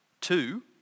Two